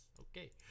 okay